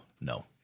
no